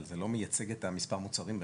אבל זה לא מייצג את מספר המוצרים בהכרח.